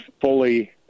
fully